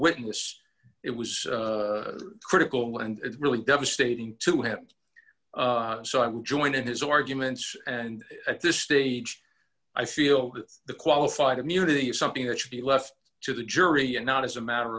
witness it was critical and really devastating to have so i'm joined in his arguments and at this stage i feel that the qualified immunity is something that should be left to the jury and not as a matter